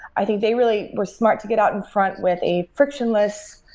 i think they really were smart to get out in front with a frictionless,